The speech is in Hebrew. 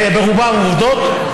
ברובם עובדות,